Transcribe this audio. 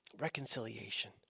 reconciliation